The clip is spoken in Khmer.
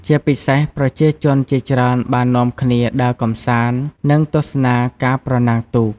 ជាពិសេស ប្រជាជនជាច្រើនបាននាំគ្នា ដើរកម្សាន្ត និងទស្សនាការប្រណាំងទូក។